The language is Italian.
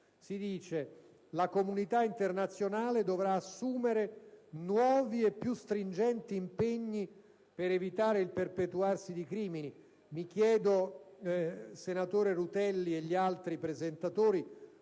si dice: «la comunità internazionale dovrà assumere nuovi e più stringenti impegni per evitare il perpetuarsi di crimini». Chiedo al senatore Rutelli e agli altri presentatori: